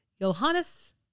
Johannes